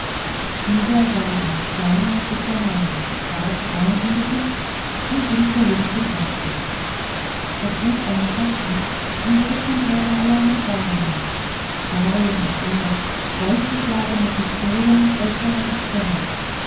dieser war ein kleiner dicker mann schwarzbraun im gesicht und in zerlumptem anzug er trug einen kasten in welchem er allerhand waren hatte perlen und ringe reichbeschlagene pistolen becher und kämme